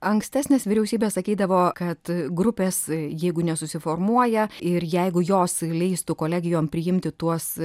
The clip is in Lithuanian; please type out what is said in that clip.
ankstesnės vyriausybės sakydavo kad grupės jeigu nesusiformuoja ir jeigu jos leistų kolegijom priimti tuos